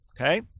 okay